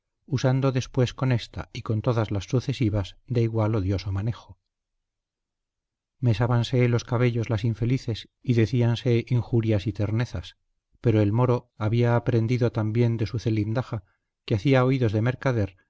usando después con ésta y con todas las sucesivas de igual odioso manejo mesábanse los cabellos las infelices y decíanse injurias y ternezas pero el moro había aprendido tan bien de su zelindaja que hacía oídos de mercader